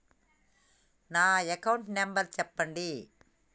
నా account number చెప్పండి?